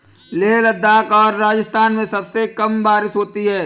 लेह लद्दाख और राजस्थान में सबसे कम बारिश होती है